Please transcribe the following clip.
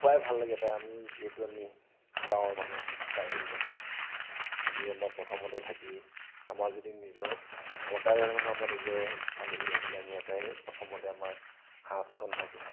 খুৱাই ভাল লাগে তে আমি যিহেতু আমি গাঁৱৰ মানুহ ট্ৰাইবেল মানুহ আমি আমাৰ প্ৰথমতে থাকি আমাৰ যদি নিজৰ আমাৰ টাইবেল ট্ৰাইবেল মানুহৰ আমাৰ নিজৰ আলহী আহিলে আমি এটাই প্ৰথমতে আমাৰ সাজকন থাকে